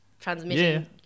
transmission